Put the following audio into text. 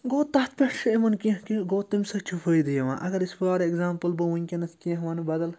گوٚو تَتھ پٮ۪ٹھ چھِ یِمَن کینٛہہ کہِ گوٚو تَمہِ سۭتۍ چھُ فٲیدٕ یِوان اگر أسۍ فار ایٚگزامپٕل بہٕ وٕنۍک۪نَس کینٛہہ وَنہٕ بدل